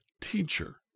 Teacher